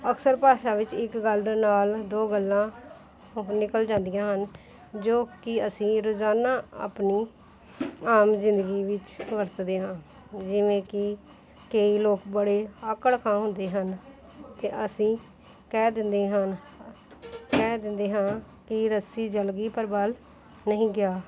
ਅਕਸਰ ਭਾਸ਼ਾ ਵਿੱਚ ਇੱਕ ਗੱਲ ਨਾਲ ਦੋ ਗੱਲਾਂ ਨਿਕਲ ਜਾਂਦੀਆਂ ਹਨ ਜੋ ਕਿ ਅਸੀਂ ਰੋਜ਼ਾਨਾ ਆਪਣੀ ਆਮ ਜ਼ਿੰਦਗੀ ਵਿੱਚ ਵਰਤਦੇ ਹਾਂ ਜਿਵੇਂ ਕਿ ਕਈ ਲੋਕ ਬੜੇ ਆਕੜ ਖਾਂ ਹੁੰਦੇ ਹਨ ਕਿ ਅਸੀਂ ਕਹਿ ਦਿੰਦੇ ਹਾਂ ਕਹਿ ਦਿੰਦੇ ਹਾਂ ਕਿ ਰੱਸੀ ਜਲ ਗਈ ਪਰ ਵਲ ਨਹੀਂ ਗਿਆ